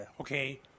Okay